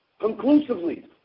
conclusively